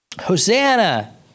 Hosanna